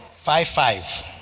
Five-five